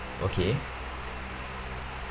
okay